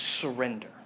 surrender